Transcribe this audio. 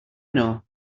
know